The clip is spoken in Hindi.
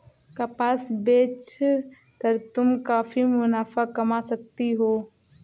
कपास बेच कर तुम काफी मुनाफा कमा सकती हो